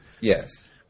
Yes